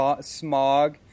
smog